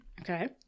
okay